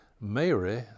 Mary